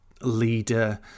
leader